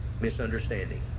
misunderstanding